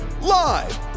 Live